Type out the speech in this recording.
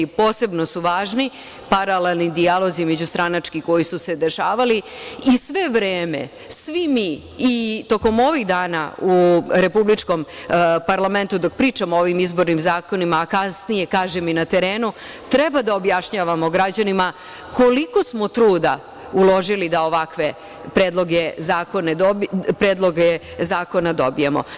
Posebno su važni paralelni dijalozi međustranački koji su se dešavali, i sve vreme, svi mi, tokom ovih dana u Republičkom parlamentu, dok pričamo o ovim izbornim zakonima, a kasnije kažem i na terenu, treba da objašnjavamo građanima koliko smo truda uložili da ovakve predloge zakona dobijemo.